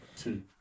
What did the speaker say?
Two